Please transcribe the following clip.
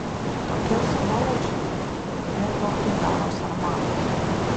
tokie svoločiai kurie tautai daro sarmatą